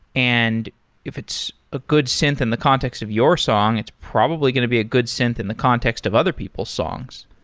and if it's a good synth in the context of your song, it's probably going to be a good synth in the context of other people's songs.